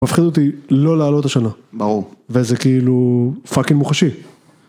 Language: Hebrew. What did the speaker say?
מפחיד אותי לא לעלות השנה ברור וזה כאילו פאקינג מוחשי.